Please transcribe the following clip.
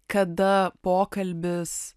kada pokalbis